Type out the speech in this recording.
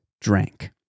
drank